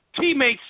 teammates